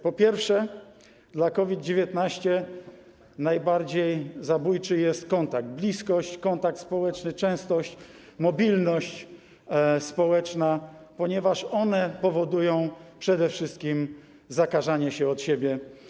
Po pierwsze, jeśli chodzi o COVID-19, to najbardziej zabójcze są kontakt, bliskość, kontakt społeczny, częstość, mobilność społeczna, ponieważ one powodują przede wszystkim zakażanie się od siebie.